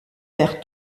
perd